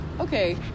okay